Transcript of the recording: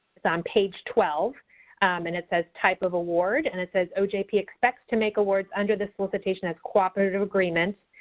it's on page twelve and it says type of award and it says ojp yeah expects to make awards under the solicitation as cooperative agreement,